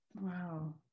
Wow